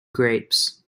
grapes